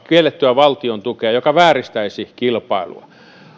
kiellettyä valtiontukea joka vääristäisi kilpailua